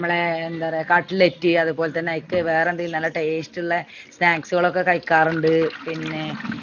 നമ്മളുടെ എന്താ പറയുക കട്ലറ്റ് അതുപോലെ തന്നെ യിക്ക് നല്ല ടേസ്റ്റുള്ള സ്നാക്സുകളൊക്കെ കഴിക്കാറുണ്ട് പിന്നെ